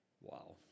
wow